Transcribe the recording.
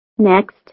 Next